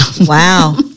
Wow